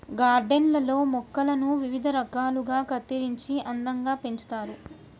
garden లల్లో మొక్కలను వివిధ రకాలుగా కత్తిరించి అందంగా పెంచుతారు